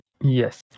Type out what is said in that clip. Yes